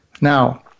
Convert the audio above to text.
Now